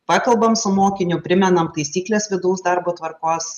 pakalbam su mokiniu primenam taisykles vidaus darbo tvarkos